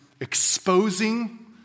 exposing